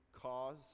cause